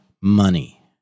money